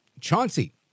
Chauncey